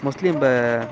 mostly இந்த